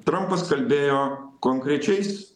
trampas kalbėjo konkrečiais